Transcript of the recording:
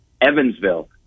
Evansville